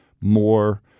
more